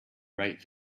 right